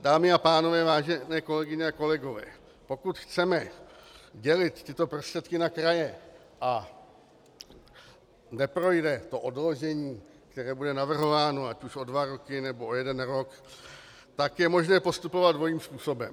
Dámy a pánové, vážené kolegyně a kolegové, pokud chceme dělit tyto prostředky na kraje a neprojde odložení, které bude navrhováno, ať už o dva roky, nebo o jeden rok, tak je možné postupovat dvojím způsobem.